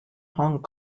hong